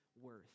worth